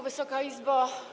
Wysoka Izbo!